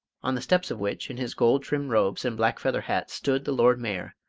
on the steps of which, in his gold-trimmed robes and black-feather hat, stood the lord mayor,